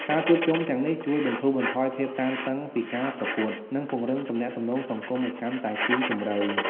ការជួបជុំទាំងនេះជួយបន្ធូរបន្ថយភាពតានតឹងពីការប្រកួត និងពង្រឹងទំនាក់ទំនងសង្គមឱ្យកាន់តែស៊ីជម្រៅ។